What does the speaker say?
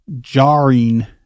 jarring